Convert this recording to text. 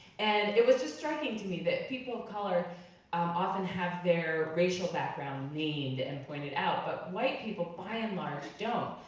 and it was just striking to me that people of color often have their racial background and and and pointed out, but white people by and large don't.